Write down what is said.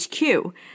HQ